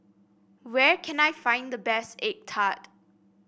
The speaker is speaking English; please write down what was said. where can I find the best egg tart